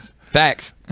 facts